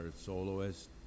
soloist